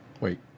wait